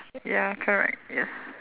ya correct yes